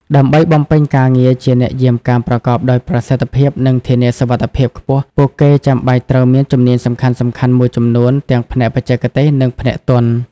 ដើម្បីបំពេញការងារជាអ្នកយាមកាមប្រកបដោយប្រសិទ្ធភាព និងធានាសុវត្ថិភាពខ្ពស់ ពួកគេចាំបាច់ត្រូវមានជំនាញសំខាន់ៗមួយចំនួនទាំងផ្នែកបច្ចេកទេស និងផ្នែកទន់។